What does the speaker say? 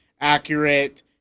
accurate